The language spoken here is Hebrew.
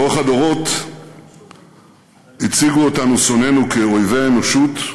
לאורך הדורות הציגו אותנו שונאינו כאויבי האנושות,